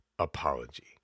apology